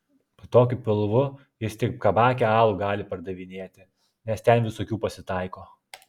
su tokiu pilvu jis tik kabake alų gali pardavinėti nes ten visokių pasitaiko